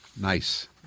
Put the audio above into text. Nice